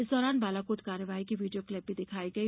इस दौरान बालाकोट कार्रवाई की वीडियो क्लिप भी दिखाई गयी